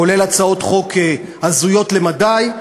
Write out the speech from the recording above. כולל הצעות חוק הזויות למדי,